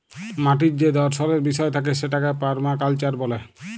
মাটির যে দর্শলের বিষয় থাকে সেটাকে পারমাকালচার ব্যলে